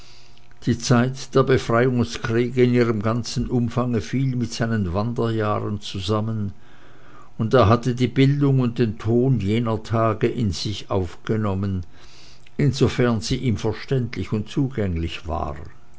die zeit der befreiungskriege in ihrem ganzen umfange fiel mit seinen wanderjahren zusammen und er hatte die bildung und den ton jener tage in sich aufgenommen insofern sie ihm verständlich und zugänglich waren